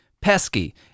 pesky